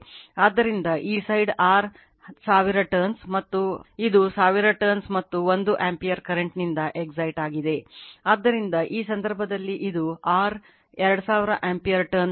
ಆದ್ದರಿಂದ ಈ ಸಂದರ್ಭದಲ್ಲಿ ಇದು R 2000 ಆಂಪಿಯರ್ ಟರ್ನ್ಸ್